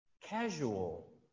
casual